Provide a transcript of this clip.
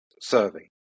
serving